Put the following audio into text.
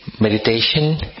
meditation